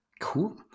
Cool